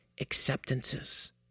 acceptances